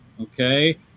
Okay